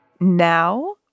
Now